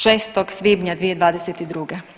6. svibnja 2022.